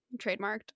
trademarked